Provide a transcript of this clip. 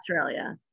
australia